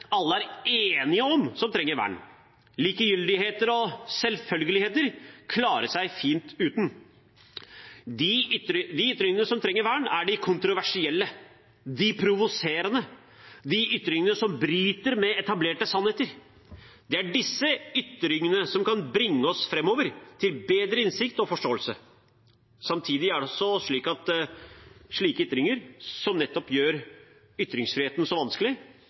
som trenger vern, er de kontroversielle, de provoserende, de ytringene som bryter med etablerte sannheter. Det er disse ytringene som kan bringe oss framover, til bedre innsikt og forståelse. Samtidig er det også slike ytringer som nettopp gjør ytringsfriheten så vanskelig,